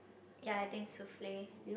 ya I think souffle